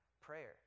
prayer